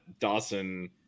Dawson